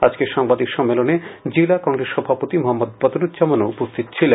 আজকের সাংবাদিক সম্মেলনে জেলা কংগ্রেস সভাপতি মহম্মদ বদরুঙ্জামানও উপস্হিত ছিলেন